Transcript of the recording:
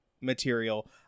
material